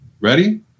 Ready